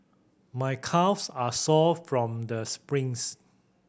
my calves are sore from the sprints